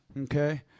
okay